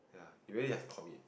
ya you really have to commit